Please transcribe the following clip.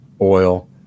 oil